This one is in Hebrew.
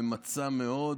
ממצה מאוד,